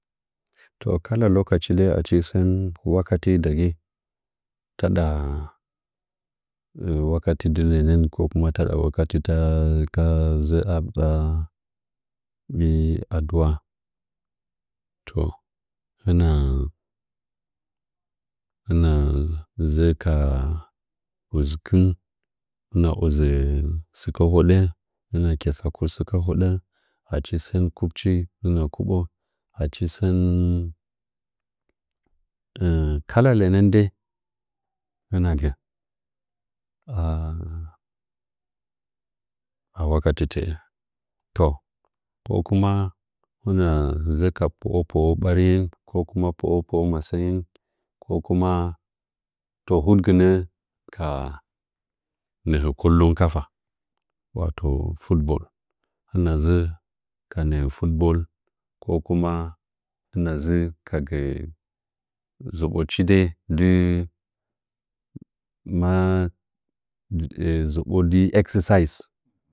Takala lokacinɚ achi wakate dagahi taɗa wakate ndɨ lɚnɚ ko kuma taɗa ‘’ndi lɚnka a bii adua’’ to hɨna hɨna dzɨ ka udzɨkɨɗn hɨn udzɨ sɨkɚ huɗɚ hɨna ketsɚ sɨkɚ hodɚ achi sɚn kɨbchic hɨna kɨbo achi sɚn kala lɚnɚn dai ka wakate ko kuma hɨna dzɨ ka po’o pdo ɓarin ko kuma po’o polo masɚnih ko kuma to huɗgɨnɚ ka nɚhɚ kollon kafa wato fot ball hɨna dzɨ ka nɚhɚ football hɨna dzɨ ka gɚ zɚbochi dai ndɨ ma zɚbo ndɨ exercise.